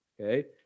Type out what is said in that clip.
okay